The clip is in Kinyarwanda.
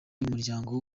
umuryango